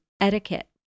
etiquette